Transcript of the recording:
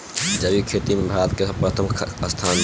जैविक खेती में भारत के प्रथम स्थान बा